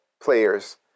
players